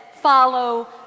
follow